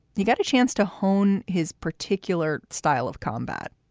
he got a chance to hone his particular style of combat.